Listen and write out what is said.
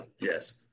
yes